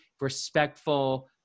respectful